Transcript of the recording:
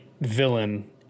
villain